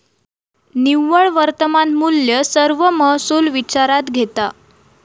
निव्वळ वर्तमान मुल्य सर्व महसुल विचारात घेता